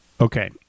Okay